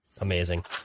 Amazing